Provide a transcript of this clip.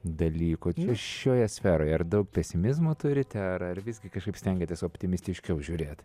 dalykų šioje sferoje ar daug pesimizmo turite ar ar visgi kažkaip stengiatės optimistiškiau žiūrėt